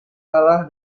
salah